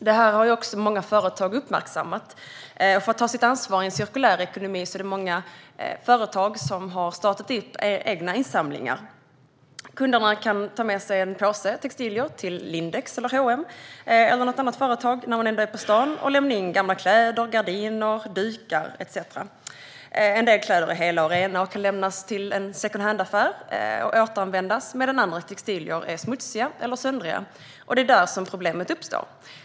Det här har också många företag uppmärksammat, och för att ta sitt ansvar i en cirkulär ekonomi är det många företag som har startat egna insamlingar. Kunden kan ta med sig en påse textilier till Lindex, H&M eller något annat företag när man ändå är på stan och lämna in gamla kläder, gardiner, dukar etcetera. En del kläder är hela och rena och kan lämnas till en secondhandaffär för att återanvändas. Andra textilier är smutsiga eller söndriga, och det är där problemet uppstår.